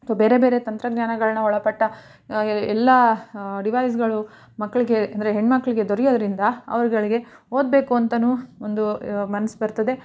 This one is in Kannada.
ಅಥ್ವಾ ಬೇರೆ ಬೇರೆ ತಂತ್ರಜ್ಙಾನಗಳನ್ನು ಒಳಪಟ್ಟ ಎಲ್ಲ ಡಿವೈಸುಗಳು ಮಕ್ಕಳಿಗೆ ಅಂದರೆ ಹೆಣ್ಣುಮಕ್ಳಿಗೆ ದೊರಿಯೋದರಿಂದ ಅವರುಗಳಿಗೆ ಓದಬೇಕು ಅಂತಲೂ ಒಂದು ಮನ್ಸು ಬರ್ತದೆ